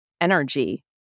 energy